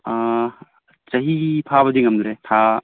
ꯑꯥ ꯆꯍꯤ ꯐꯕꯗꯤ ꯉꯝꯗ꯭ꯔꯦ ꯊꯥ